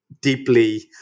deeply